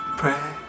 pray